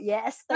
Yes